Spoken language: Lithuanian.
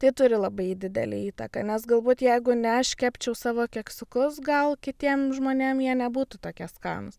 tai turi labai didelę įtaką nes galbūt jeigu ne aš kepčiau savo keksiukus gal kitiem žmonėm jie nebūtų tokie skanūs